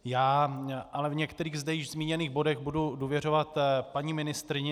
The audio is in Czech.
Já ale v některých zde již zmíněných bodech budu důvěřovat paní ministryni.